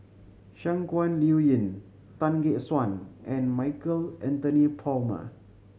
Shangguan Liuyun Tan Gek Suan and Michael Anthony Palmer